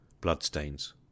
bloodstains